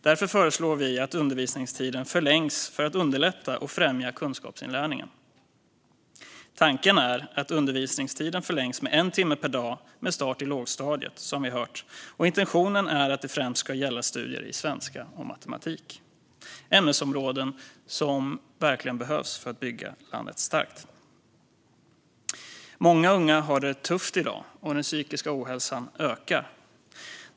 Därför föreslår vi att undervisningstiden förlängs för att underlätta och främja kunskapsinlärningen. Tanken är, som vi har hört, att undervisningstiden ska förlängas med en timme per dag med start i lågstadiet. Intentionen är att det främst ska gälla studier i svenska och matematik - ämnesområden som verkligen behövs för att bygga landet starkt. Många unga har det tufft i dag, och den psykiska ohälsan ökar.